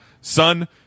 son –